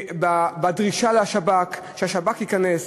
בדרישה לשב"כ שהשב"כ ייכנס.